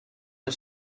are